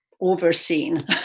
overseen